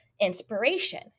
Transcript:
inspiration